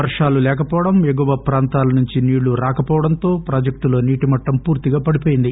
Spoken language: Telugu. వర్షాలు లేకపోవడం ఎగువ ప్రాంతాల నుంచి నీళ్లు రాకపోవడంతో ప్రాజెక్టులో నీటిమట్టం పూర్తిగా పడిపోయింది